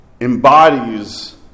embodies